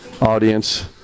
audience